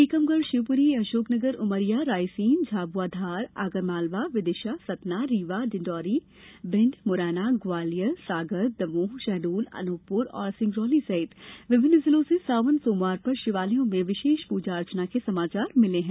टीकमगढ शिवपुरी अशोकनगर उमरिया रायसेन झाबुआ धार आगरमालवा विदिशा सतना रीवा डिंडोरी भिंड मुरैना ग्वालियर सागर दमोह शहडोल अनूपप्र और सिंगरौली सहित विभिन्न जिलों से सावन सोमवार पर शिवालयों में विशेष पूजा अर्चना के समाचार मिले हैं